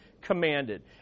commanded